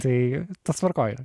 tai tas tvarkoj